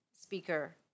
Speaker